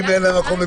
ואם אין להם מקום?